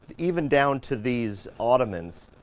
even down to these ottomans,